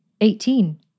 Eighteen